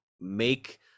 make